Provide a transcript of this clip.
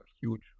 huge